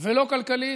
ולא כלכלית.